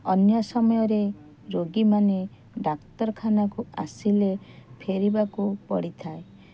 ଅନ୍ୟ ସମୟରେ ରୋଗୀମାନେ ଡାକ୍ତରଖାନାକୁ ଆସିଲେ ଫେରିବାକୁ ପଡ଼ିଥାଏ